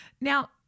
Now